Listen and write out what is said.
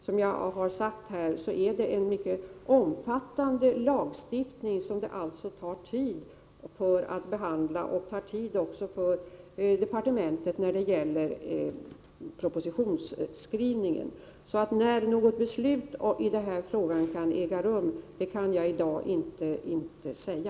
Som jag sade är det fråga om en omfattande lagstiftning, som det tar tid att behandla — även propositionsskrivningen tar tid för departementet. När något beslut i den här frågan kan fattas, kan jag i dag inte säga.